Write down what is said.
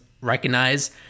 recognize